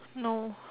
no